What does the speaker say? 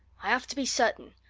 i have to be certain,